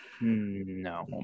No